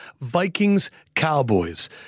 Vikings-Cowboys